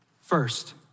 first